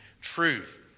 truth